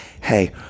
hey